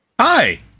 Hi